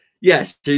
Yes